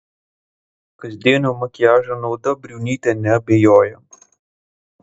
kasdienio makiažo nauda briunytė neabejoja